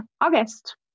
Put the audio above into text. August